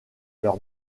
leur